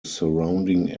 surrounding